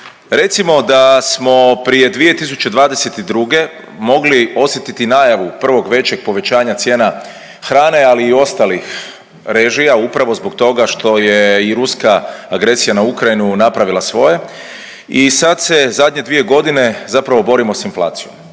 Recimo da smo prije 2022. mogli osjetiti najavu prvog većeg povećanja cijena hrane ali i ostalih režija upravo zbog toga što je i ruska agresija na Ukrajinu napravila svoje i sad se zadnje dvije godine zapravo borimo sa inflacijom.